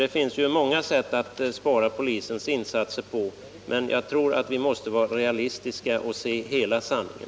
Det finns många sätt att minska antalet polisinsatser, men jag tror att vi måste vara realistiska och se hela sanningen.